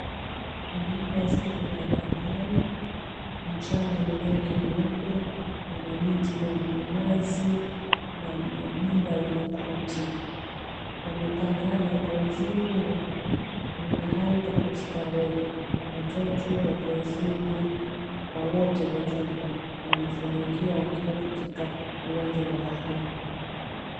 Nyumba ziko kwa bahari, mchanga ni rangi nyeupe, pana miti ya minazi na manyumba ya makuti yamepangana kwa uzuri, ni mahali pa kustarehe. Watoto watu wazima, kwa wote kwa ujumla wanafurahia wakiwa katika uwanja wa bahari.